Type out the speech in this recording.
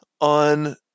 on